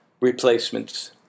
replacements